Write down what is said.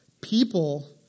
people